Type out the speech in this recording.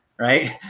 Right